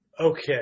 Okay